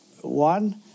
One